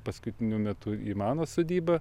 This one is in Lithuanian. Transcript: paskutiniu metu į mano sodybą